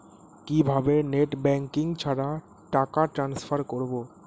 কিভাবে net banking ছাড়া টাকা ট্রান্সফার করবো?